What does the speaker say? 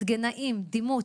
רנטגנאים, דימות.